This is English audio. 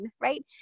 right